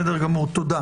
תודה.